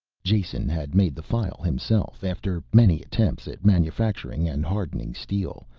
jason had made the file himself after many attempts at manufacturing and hardening steel,